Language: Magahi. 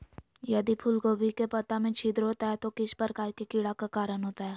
यदि फूलगोभी के पत्ता में छिद्र होता है तो किस प्रकार के कीड़ा के कारण होता है?